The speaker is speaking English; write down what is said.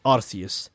Arceus